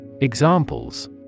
Examples